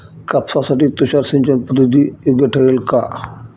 कापसासाठी तुषार सिंचनपद्धती योग्य ठरेल का?